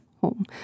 home